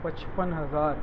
پچپن ہزار